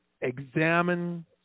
examine